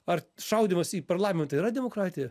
ar šaudymas į parlamentą yra demokratija